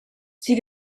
sie